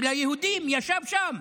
של היהודים, ישב שם,